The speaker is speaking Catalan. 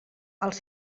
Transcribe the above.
els